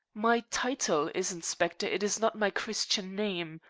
my title is inspector. it is not my christian name.